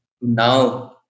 now